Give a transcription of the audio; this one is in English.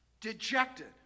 dejected